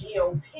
GOP